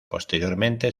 posteriormente